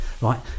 Right